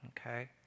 Okay